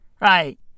Right